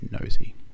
nosy